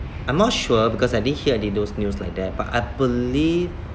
I'm not sure because I didn't hear until those news like that but I believe